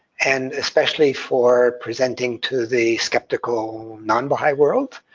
and especially for presenting to the skeptical non baha'i world,